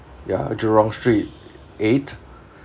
ya Jurong street eight